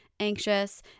Anxious